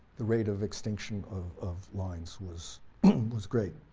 the rate of extinction of of lines was was great.